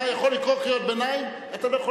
אתה יכול לקרוא קריאות ביניים,